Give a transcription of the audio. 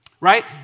right